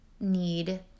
need